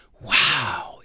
wow